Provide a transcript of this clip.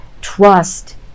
trust